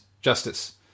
justice